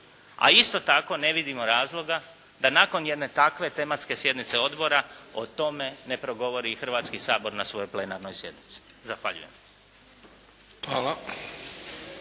A isto tako ne vidimo razloga da nakon jedne takve tematske sjednice odbora o tome ne progovori Hrvatski sabor na svojoj plenarnoj sjednici. **Bebić,